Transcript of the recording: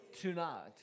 tonight